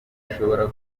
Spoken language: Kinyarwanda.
bishobora